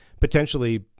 potentially